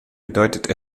bedeutet